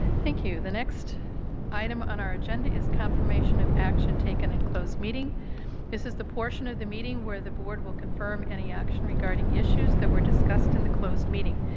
thank you. the next item on our agenda is confirmation of action taken in closed meeting. this is the portion of the meeting where the board will confirm any action regarding issues that were discussed in the closed meeting.